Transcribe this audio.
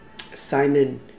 Simon